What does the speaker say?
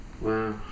Wow